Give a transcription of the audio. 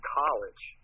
college